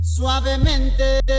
Suavemente